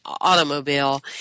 automobile